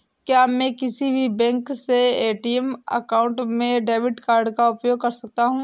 क्या मैं किसी भी बैंक के ए.टी.एम काउंटर में डेबिट कार्ड का उपयोग कर सकता हूं?